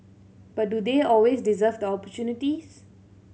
but do they always deserve the opportunities